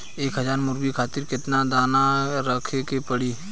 एक हज़ार मुर्गी खातिर केतना दाना रखे के पड़ी?